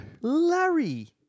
Larry